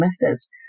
methods